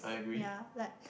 ya like